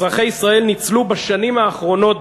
אזרחי ישראל ניצלו בשנים האחרונות,